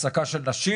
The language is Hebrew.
אם זה של נשים,